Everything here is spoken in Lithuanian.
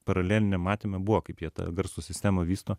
paraleliniam matyme buvo kaip jie tą garso sistemą vysto